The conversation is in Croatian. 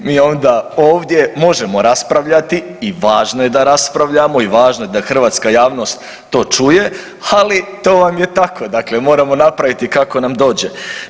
Mi onda ovdje možemo raspravljati i važno je da raspravljamo i važno je da hrvatska javnost to čuje, ali to vam je tako, dakle moramo napraviti kako nam dođe.